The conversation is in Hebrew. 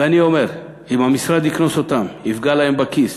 ואני אומר, אם המשרד יקנוס אותן, יפגע להן בכיס